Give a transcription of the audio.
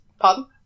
Pardon